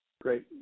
Great